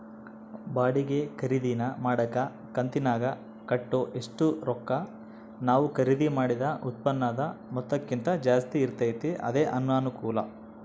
ಬಾಡಿಗೆ ಖರೀದಿನ ಮಾಡಕ ಕಂತಿನಾಗ ಕಟ್ಟೋ ಒಷ್ಟು ರೊಕ್ಕ ನಾವು ಖರೀದಿ ಮಾಡಿದ ಉತ್ಪನ್ನುದ ಮೊತ್ತಕ್ಕಿಂತ ಜಾಸ್ತಿ ಇರ್ತತೆ ಅದೇ ಅನಾನುಕೂಲ